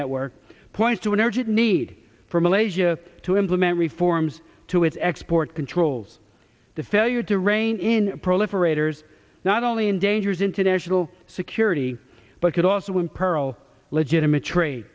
network points to an urgent need for malaysia to implement reforms to its export controls the failure to rein in proliferator zz not only endangers international security but could also imperil legitimate trade